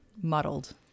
muddled